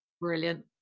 brilliant